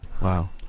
Wow